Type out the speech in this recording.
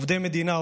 עובדי מדינה,